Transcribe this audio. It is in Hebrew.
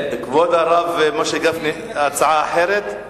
כבוד הרב משה גפני, הצעה אחרת?